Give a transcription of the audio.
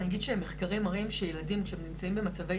אני אגיד מחקרים מראים שילדים כשהם נמצאים במצבי